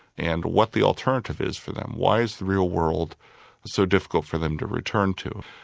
and what the alternative is for them. why is the real world so difficult for them to return to?